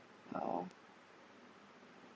oh